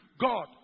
God